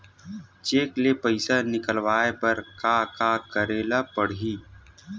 Cheque ले पईसा निकलवाय बर का का करे ल पड़हि?